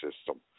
system